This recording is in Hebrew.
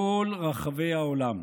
ודווקא יהודים, מכל רחבי העולם,